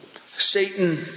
Satan